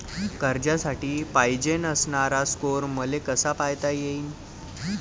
कर्जासाठी पायजेन असणारा स्कोर मले कसा पायता येईन?